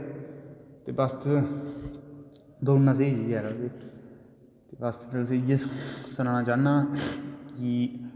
बस दोड़ना स्हेई रेहा बस में तुसें गी इये सनाना चाहन्ना कि